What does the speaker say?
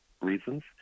reasons